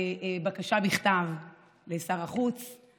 עשתה שירות לאומי בתוכנית מיוחדת לאנשים עם צרכים מיוחדים בבת עמי,